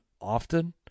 often